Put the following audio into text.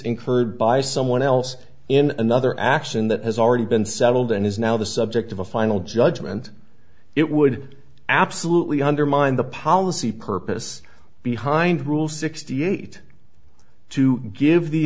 incurred by someone else in another action that has already been settled and is now the subject of a final judgment it would absolutely undermine the policy purpose behind rule sixty eight to give the